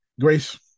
Grace